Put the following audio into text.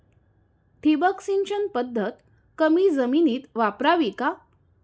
ठिबक सिंचन पद्धत कमी जमिनीत वापरावी का?